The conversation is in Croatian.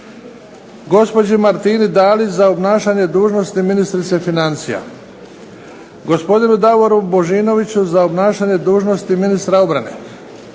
- mr.sc. Martini Dalić, za obnašanje dužnosti ministrice financija; - dr.sc. Davoru Božinoviću, za obnašanje dužnosti ministra obrane;